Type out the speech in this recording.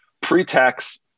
Pre-tax